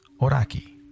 Oraki